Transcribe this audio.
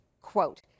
quote